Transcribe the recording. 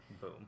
Boom